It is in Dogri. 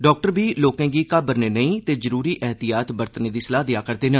डॉक्टर बी लोकें गी घाबरने नेईं ते जरूरी एह्तियात बरतने दी सलाह देआ करदे न